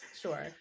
Sure